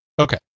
Okay